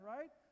Right